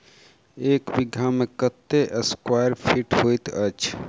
एक बीघा मे कत्ते स्क्वायर फीट होइत अछि?